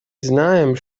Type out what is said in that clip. знаем